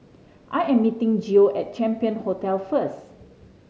I am meeting Geo at Champion Hotel first